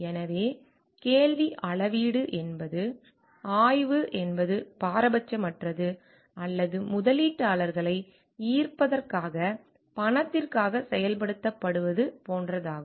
எனவே கேள்வி அளவீடு என்பது ஆய்வு என்பது பாரபட்சமற்றது அல்லது முதலீட்டாளர்களை ஈர்ப்பதற்காக பணத்திற்காக செயல்படுத்தப்படுவது போன்றது ஆகும்